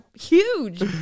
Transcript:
huge